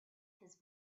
his